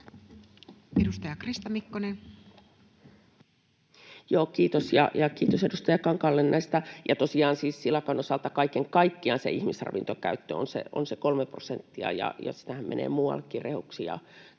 Content: Kiitos, ja kiitos edustaja Kankaalle. — Tosiaan siis silakan osalta kaiken kaikkiaan ihmisravintokäyttö on se kolme prosenttia, ja sitähän menee muuallekin rehuksi